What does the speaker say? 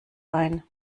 ein